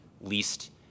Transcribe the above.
least